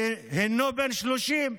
שאינו בן 30,